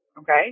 okay